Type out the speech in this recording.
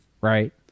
right